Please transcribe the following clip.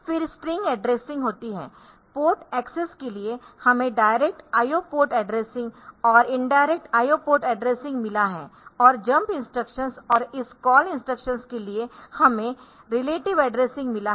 फिर string addressing होती है पोर्ट एक्सेस के लिए हमें डायरेक्ट IO पोर्ट एड्रेसिंग और इंडायरेक्ट IO पोर्ट एड्रेसिंग मिला है और जंप इंस्ट्रक्शंस और इस कॉल इंस्ट्रक्शंस के लिए हमें रिलेटिव एड्रेसिंग मिला है